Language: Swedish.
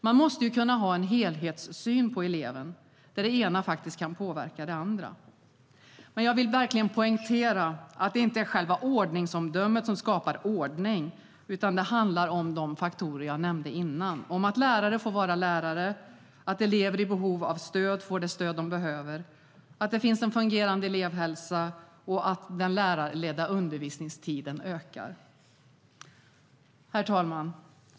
Man måste kunna ha en helhetssyn på eleven där det ena faktiskt kan påverka det andra. Herr talman!